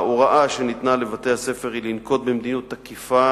ההוראה שניתנה לבתי-הספר היא לנקוט מדיניות תקיפה